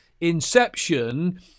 inception